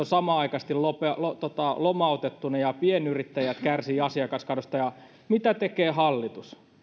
samanaikaisesti duunarit ovat lomautettuna ja pienyrittäjät kärsivät asiakaskadosta ja mitä tekee hallitus